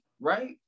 right